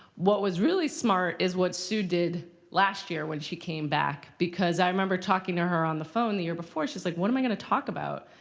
what was really smart is what sue did last year when she came back. because i remember talking to her on the phone the year before. she's like, what am i going to talk about?